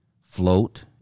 float